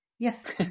Yes